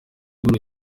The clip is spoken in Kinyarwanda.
urugo